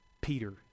Peter